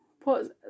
put